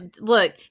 look